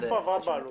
עשו העברת בעלות.